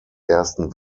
ersten